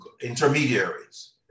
intermediaries